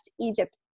Egypt